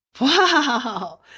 Wow